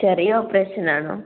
ചെറിയ ഓപ്പറേഷനാണോ